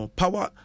power